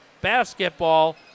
Basketball